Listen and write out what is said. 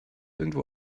irgendwo